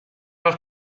los